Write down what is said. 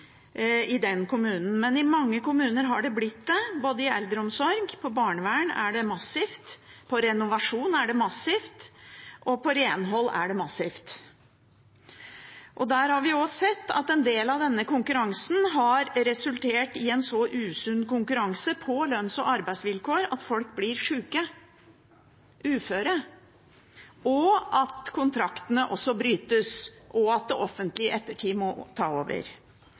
av den konkurranseutsettingen i den kommunen. Men i mange kommuner er det blitt det; både i eldreomsorg, i barnevern, i renovasjon og i renhold er det massivt. Der har vi også sett at en del av denne konkurransen har resultert i en så usunn konkurranse på lønns- og arbeidsvilkår at folk blir syke og uføre, og også at kontraktene brytes, og at det offentlige i ettertid må ta over.